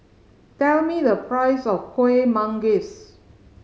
tell me the price of Kuih Manggis